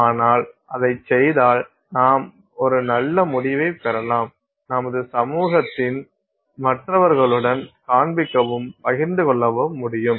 ஆனால் அதைச் செய்தால் நாம் ஒரு நல்ல முடிவைக் பெறலாம் நமது சமூகத்தின் மற்றவர்களுடன் காண்பிக்கவும் பகிர்ந்து கொள்ளவும் முடியும்